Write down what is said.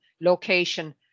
location